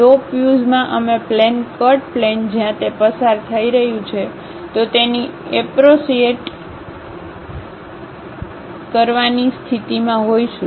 ટોપ views મા અમે plane cut plane જ્યાં તે પસાર થઈ રહ્યું છે તો તેની આપ્રોસીએટ કરવાની સ્થિતિમાં હોઈશું